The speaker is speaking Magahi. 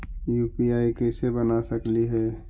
यु.पी.आई कैसे बना सकली हे?